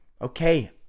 okay